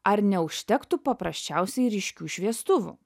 ar neužtektų paprasčiausiai ryškių šviestuvų